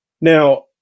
Now